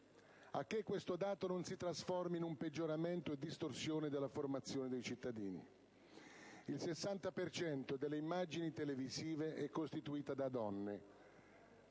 a che questo dato non si trasformi in un peggioramento e in una distorsione della formazione dei cittadini. Il 60 per cento delle immagini televisive è costituita da donne;